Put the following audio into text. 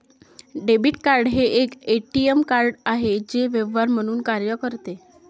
debit card हे एक ATM card आहे जे व्यवहार म्हणून कार्य करते